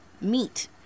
meet